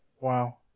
Wow